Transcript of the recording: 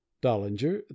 dollinger